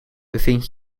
bevind